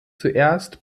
zuerst